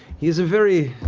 he is a very